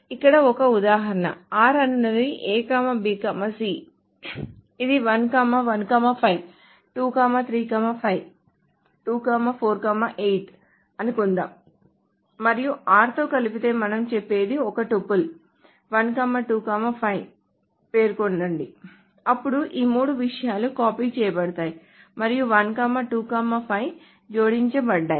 ఇక్కడ ఒక ఉదాహరణ r అనునది A B C ఇది 1 1 5 2 3 5 2 4 8 అనుకుందాం మరియు r తో కలిపితే మనం చెప్పేది ఒక టపుల్ 1 2 5 పేర్కొనండి అప్పుడు ఈ మూడు విషయాలు కాపీ చేయబడతాయి మరియు 1 2 5 జోడించబడతాయి